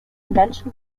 invention